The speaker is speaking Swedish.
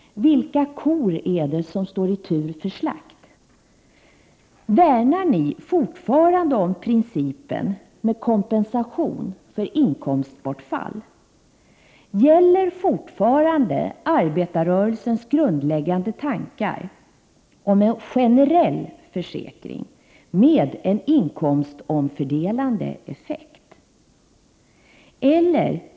Vilka kor är det som står i tur för slakt? Värnar ni fortfarande om principen om kompensation för inkomstbortfall? Gäller fortfarande arbetarrörelsens grundläggande tankar om en generell försäkring med en inkomstomfördelande effekt?